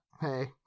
hey